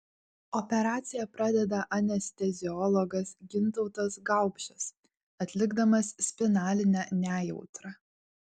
operaciją pradeda anesteziologas gintautas gaupšas atlikdamas spinalinę nejautrą